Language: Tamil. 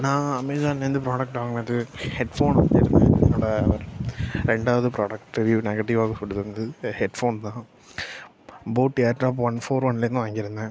நான் அமேஸான்லேருந்து ப்ராடக்ட் வாங்கினது ஹெட்ஃபோன் என்னோட ரெண்டாவது ப்ராடக்ட் ரிவிவ் நெகட்டிவாக கொடுத்துருந்தது ஹெட்ஃபோன் தான் boAt air drop one four ஒன்லேர்ந்து வாங்கியிருந்தேன்